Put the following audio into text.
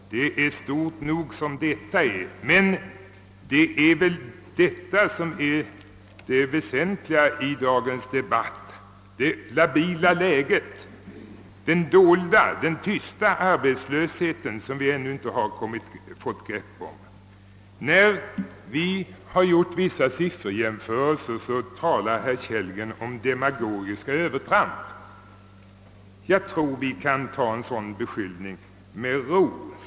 Det är stort nog som det är. Det väsentliga för dagens debatt är det labila läget, den dolda och tysta arbetslöshet, som vi ännu inte fått något grepp om. När vi gjort vissa sifferjämförelser talar herr Kellgren om »demagogiska övertramp». Jag tror att vi kan ta en sådan beskyllning med ro.